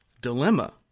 dilemma